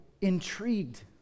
intrigued